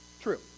True